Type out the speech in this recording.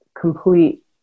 complete